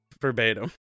verbatim